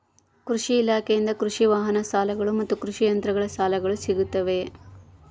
ಕೃಷಿ ಇಲಾಖೆಯಿಂದ ಕೃಷಿ ವಾಹನ ಸಾಲಗಳು ಮತ್ತು ಕೃಷಿ ಯಂತ್ರಗಳ ಸಾಲಗಳು ಸಿಗುತ್ತವೆಯೆ?